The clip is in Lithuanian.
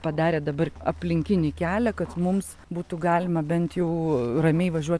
padarė dabar aplinkinį kelią kad mums būtų galima bent jau ramiai važiuot